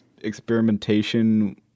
experimentation